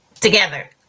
together